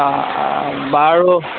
বাৰু